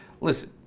listen